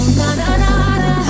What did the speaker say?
na-na-na-na